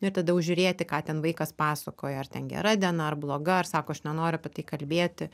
nu i tada jau žiūrėti ką ten vaikas pasakoja ar ten gera diena ar bloga ar sako aš nenoriu apie tai kalbėti